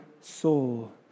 soul